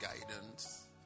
guidance